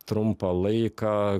trumpą laiką